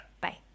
bye